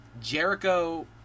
Jericho